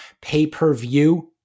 pay-per-view